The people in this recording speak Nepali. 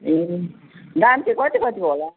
ए दाम चाहिँ कति कति होला